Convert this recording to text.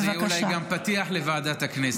זה יהיה אולי גם פתיח לוועדת הכנסת.